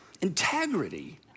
Integrity